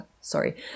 sorry